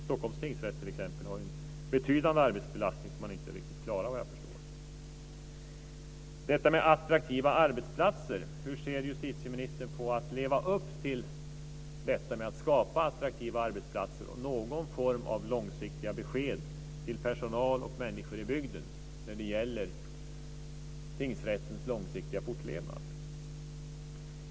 Stockholms tingsrätt har t.ex. en betydande arbetsbelastning som den inte riktigt klarar, såvitt jag förstår. Det har talats om attraktiva arbetsplatser. Hur ser justitieministern på ett försök att leva upp till att skapa sådana, och att ge någon form av långsiktiga besked till personal och människor i bygden om tingsrättens långsiktiga fortlevnad?